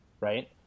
Right